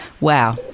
wow